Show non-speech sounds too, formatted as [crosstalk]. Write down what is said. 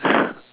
[breath]